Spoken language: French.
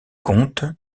compte